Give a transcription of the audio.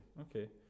Okay